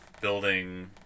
building